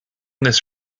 this